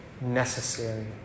necessary